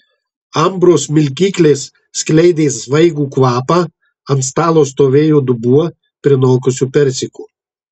ambros smilkyklės skleidė svaigų kvapą ant stalo stovėjo dubuo prinokusių persikų